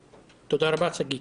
תודה רבה, שגית.